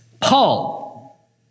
Paul